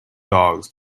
dogs